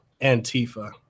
Antifa